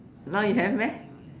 now you have meh